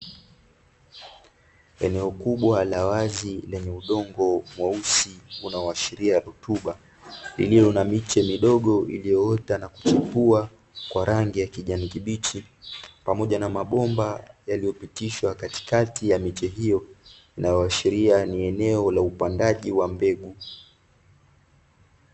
Eneo kubwa la wazi lenye udongo mweusi unaoashiria rutuba iliyo na miche midogo iliyoota na kuchipua kwa rangi ya kijani kibichi, pamoja na mabomba yaliyopitishwa katikati ya miche hiyo inayoashiria ni eneo la upandaji wa mbegu.